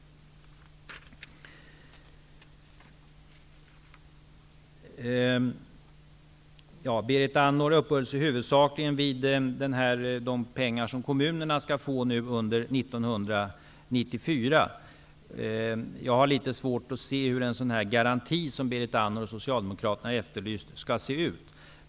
Berit Andnor uppehöll sig huvudsakligen vid de pengar som kommunerna skall få under 1994. Jag har litet svårt att se hur en sådan garanti, som Berit Andnor och Socialdemokraterna har efterlyst, skall se ut.